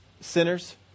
sinners